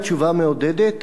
היא תשובה מעודדת,